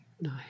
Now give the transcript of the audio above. No